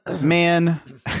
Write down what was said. man